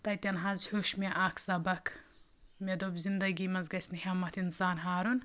تَتٮ۪ن حظ ہیوٚچھ مےٚ اَکھ سبق مےٚ دوٚپ زِندٕگی منٛز گژھِ نہٕ ہٮ۪مَتھ اِنسان ہارُن